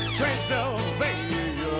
Transylvania